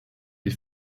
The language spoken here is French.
des